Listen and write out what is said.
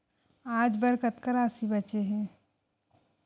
आज बर कतका राशि बचे हे?